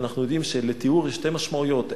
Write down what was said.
אנו יודעים שלטיהור יש שתי משמעויות: